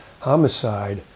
homicide